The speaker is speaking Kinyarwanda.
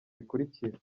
bikurikira